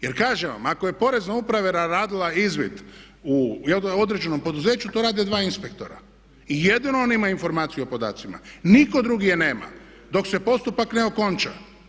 Jer kažem vam ako je porezna uprava radila izvid u jednom određenom poduzeću to rade dva inspektora i jedino ono imaju informaciju o podacima, nitko drugi je nema dok se postupak ne okonča.